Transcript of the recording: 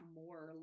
more